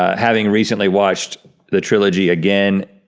um having recently watched the trilogy again,